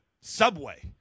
Subway